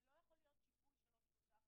זה לא יכול להיות שיפוי של עוד 3%